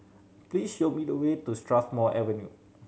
please show me the way to Strathmore Avenue